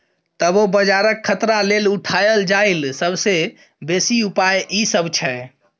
तबो बजारक खतरा लेल उठायल जाईल सबसे बेसी उपाय ई सब छै